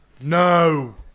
No